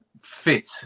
fit